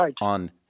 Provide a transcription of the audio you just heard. on